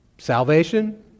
Salvation